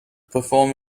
perform